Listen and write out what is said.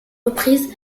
reprises